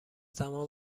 تمام